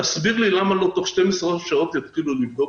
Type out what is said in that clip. תסביר לי למה לא תוך 12 שעות יתחילו לבדוק".